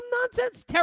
nonsense